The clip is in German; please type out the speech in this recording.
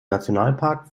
nationalpark